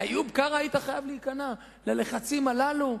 לאיוב קרא היית חייב להיכנע, ללחצים הללו?